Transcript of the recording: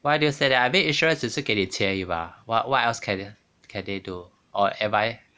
why do you say that I think insurance 只是给你钱而已吗 what what else can they can they do or am I